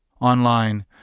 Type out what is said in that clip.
Online